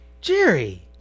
Jerry